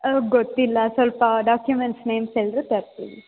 ಗೊತ್ತಿಲ್ಲ ಸ್ವಲ್ಪ documents names ಹೇಳಿದ್ರೆ ತರ್ತೀನಿ